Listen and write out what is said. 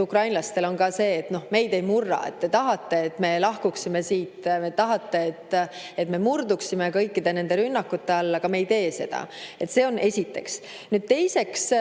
ukrainlastel on see, et meid ei murra. Te tahate, et me lahkuksime siit, te tahate, et me murduksime kõikide nende rünnakute all, aga me ei tee seda. See on esiteks. Teiseks,